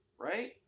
right